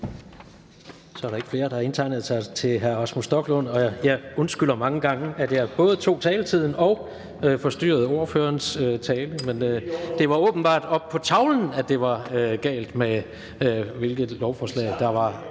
Så er der ikke flere, der har indtegnet sig til hr. Rasmus Stoklund. Og jeg undskylder mange gange, at jeg både tog taletiden og forstyrrede ordførerens tale. Men det var åbenbart oppe på tavlen, at det var galt, i forhold til hvilket lovforslag der var